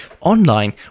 Online